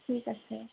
ঠিক আছে